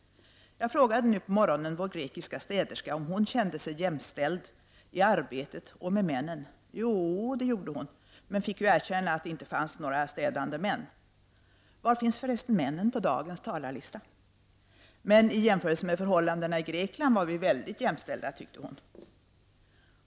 Jag frågade nu på morgonen vår grekiska städerska om hon kände sig jämställd i arbetet och med männen. Jo, det gjorde hon -- men fick ju erkänna att det inte fanns några städande män. Varför finns det för resten inga män på dagens talarlista? Men i jämförelse med förhållandena i Grekland var vi väldigt jämställda, tyckte vår städerska.